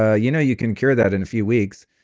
ah you know, you can cure that in a few weeks?